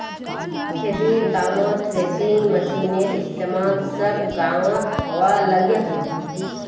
खेतिर कामोत थ्रेसिंग मशिनेर इस्तेमाल सब गाओंत होवा लग्याहा